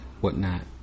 whatnot